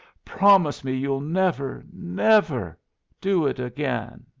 promise me you'll never, never do it again!